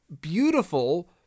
beautiful